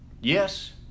Yes